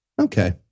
Okay